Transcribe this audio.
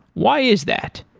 why is that?